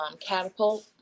catapult